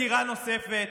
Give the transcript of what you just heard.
דירה נוספת,